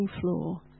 floor